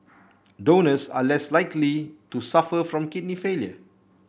donors are less likely to suffer from kidney failure